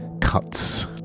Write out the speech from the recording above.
Cuts